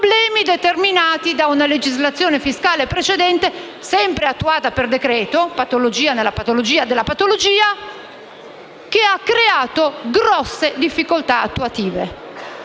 problemi determinati da una legislazione fiscale precedente sempre attuata per decreto - costituisce una patologia nella patologia della patologia - che ha creato grosse difficoltà attuative.